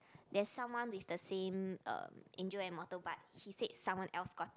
there's someone with the same uh angel and mortal but he said someone else got it